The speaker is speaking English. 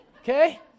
Okay